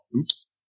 oops